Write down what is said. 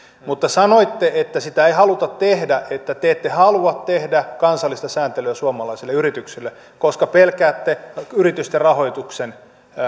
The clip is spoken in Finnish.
mutta sanoitte että sitä ei haluta tehdä että te ette halua tehdä kansallista sääntelyä suomalaisille yrityksille koska pelkäätte yritysten rahoituksen